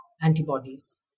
antibodies